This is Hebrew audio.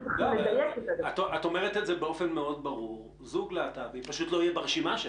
אבל את אומרת באופן מאוד ברור שזוג להט"בי פשוט לא יהיה ברשימה שלך.